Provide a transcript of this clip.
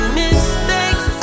mistakes